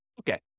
Okay